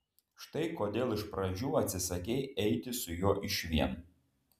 štai kodėl iš pradžių atsisakei eiti su juo išvien